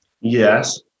Yes